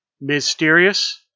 Mysterious